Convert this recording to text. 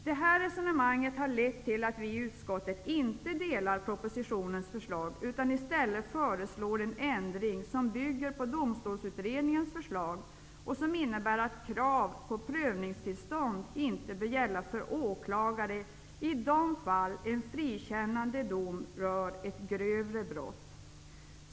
Det här resonemanget har lett till att vi i utskottet inte biträder förslaget i propositionen utan i stället föreslår en ändring som bygger på domstolsutredningens förslag, som innebär att krav på prövningstillstånd inte bör gälla för åklagare i de fall en frikännande dom rör ett grövre brott.